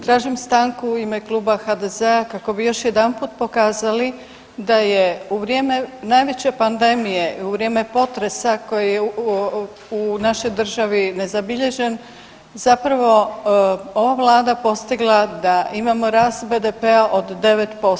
Tražim stanku u ime Kluba HDZ-a kako bi još jedanput pokazali da je u vrijeme najveće pandemije i u vrijeme potresa koji je u našoj državi nezabilježen zapravo ova vlada postigla da imamo rast BDP-a od 9%